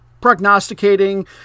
prognosticating